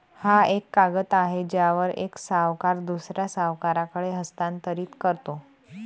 हा एक कागद आहे ज्यावर एक सावकार दुसऱ्या सावकाराकडे हस्तांतरित करतो